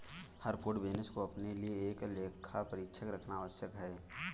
हर food business को अपने लिए एक लेखा परीक्षक रखना आवश्यक है